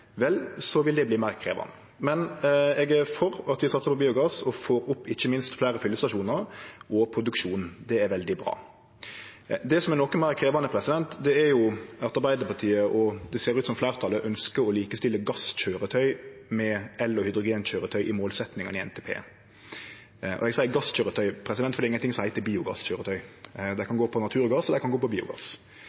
meir krevjande. Men eg er for at vi satsar på biogass og ikkje minst for fleire fyllestasjonar og produksjon. Det er veldig bra. Det som er noko meir krevjande, er at Arbeidarpartiet, og det som ser ut som fleirtalet, ønskjer å likestille gasskøyretøy med el- og hydrogenkøyretøy i målsetjingane i NTP. Eg seier gasskøyretøy fordi det er ingenting som heiter biogasskøyretøy. Dei kan gå på naturgass, og dei kan gå på biogass.